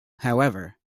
however